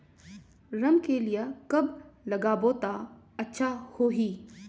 रमकेलिया कब लगाबो ता अच्छा होही?